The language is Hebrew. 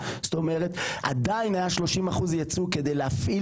זאת אומרת עדיין היה 30% ייצוא כדי להפעיל